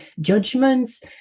judgments